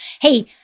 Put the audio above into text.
hey